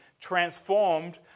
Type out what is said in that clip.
transformed